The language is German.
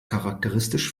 charakteristisch